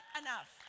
enough